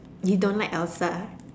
you don't like Elsa